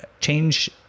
change